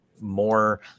more